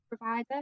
provider